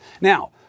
Now